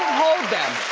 hold them.